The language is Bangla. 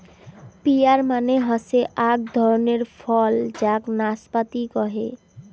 পিয়ার মানে হসে আক ধরণের ফল যাক নাসপাতি কহে